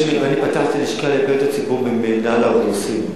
אני פתחתי לשכה לפניות הציבור במינהל האוכלוסין.